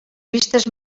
vistes